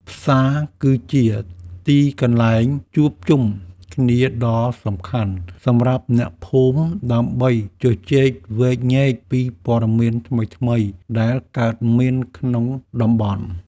ផ្សារ គឺជាទីកន្លែងជួបជុំគ្នាដ៏សំខាន់សម្រាប់អ្នកភូមិដើម្បីជជែកវែកញែកពីព័ត៌មានថ្មីៗដែលកើតមានក្នុងតំបន់។